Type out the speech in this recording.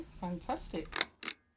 fantastic